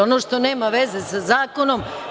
Ono što nema veze sa zakonom.